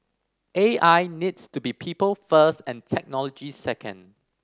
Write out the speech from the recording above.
A I needs to be people first and technology second